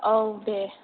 औ दे